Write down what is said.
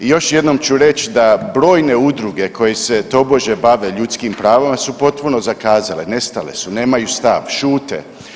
Još jednom ću reći da brojne udruge koje se tobože bave ljudskim pravima su potpuno zakazale, nestale su, nemaju stav, šute.